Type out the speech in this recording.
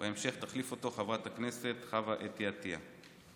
ובהמשך תחליף אותו חברת הכנסת חוה אתי עטייה.